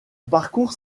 parcours